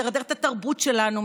מדרדר את התרבות שלנו,